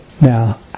Now